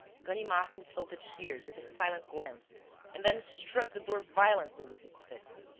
ganimard consulted shears with a silent glance and then struck the door violently with his fist.